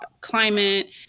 climate